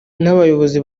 n’abayobozi